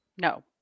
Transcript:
No